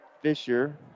Fisher